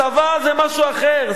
צבא זה משהו אחר,